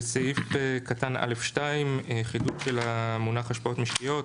בסעיף (א2) (1) חידוד של המונח השפעות משקיות.